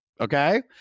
okay